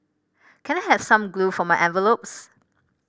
can I have some glue for my envelopes